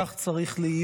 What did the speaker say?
כך צריך להיות,